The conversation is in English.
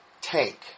tank